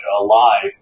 alive